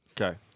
Okay